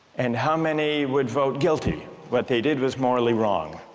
and how many would vote guilty what they did was morally wrong?